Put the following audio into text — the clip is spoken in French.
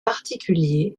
particulier